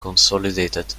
consolidated